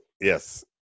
yes